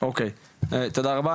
אוקיי, תודה רבה.